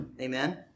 Amen